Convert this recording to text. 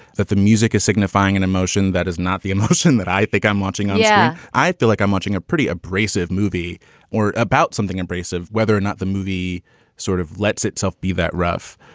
that the music is signifying an and emotion. that is not the emotion that i think i'm watching. yeah, i feel like i'm watching a pretty abrasive movie or about something embrace of whether or not the movie sort of lets itself be that rough.